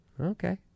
Okay